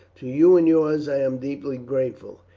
to you and yours i am deeply grateful.